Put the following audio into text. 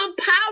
power